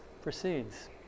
Proceeds